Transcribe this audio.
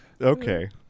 Okay